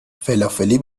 فلافلی